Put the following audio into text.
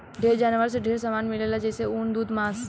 ढेर जानवर से ढेरे सामान मिलेला जइसे ऊन, दूध मांस